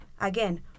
Again